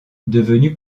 devenu